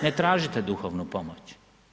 Na tražite duhovnu pomoć.